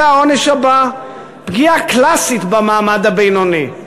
זה העונש הבא, פגיעה קלאסית במעמד הבינוני.